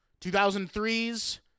2003's